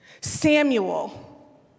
Samuel